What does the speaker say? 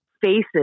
faces